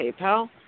PayPal